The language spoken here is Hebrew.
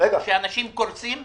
כשאנשים קורסים?